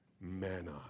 Manna